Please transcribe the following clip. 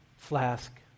Flask